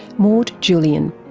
maude julien.